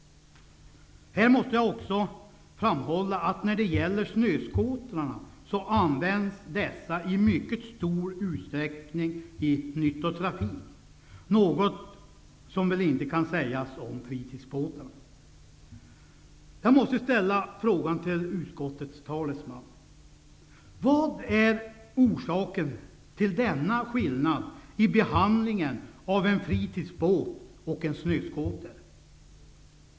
Här måste jag också framhålla att snöskotrarna i mycket stor utsträckning används i nyttotrafik, något som väl inte kan sägas om fritidsbåtarna. Jag måste fråga utskottets talesman: Vad är orsaken till denna skillnad i behandling när det gäller en fritidsbåt resp. en snöskoter?